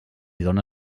dóna